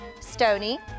Stony